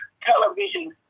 television